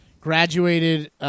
Graduated